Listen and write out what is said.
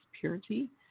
purity